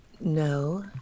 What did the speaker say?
no